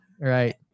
Right